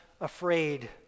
afraid